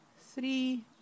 Three